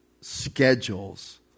schedules